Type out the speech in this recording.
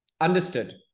understood